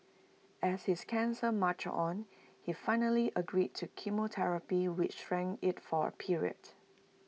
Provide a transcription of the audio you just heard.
as his cancer marched on he finally agreed to chemotherapy which shrank IT for A period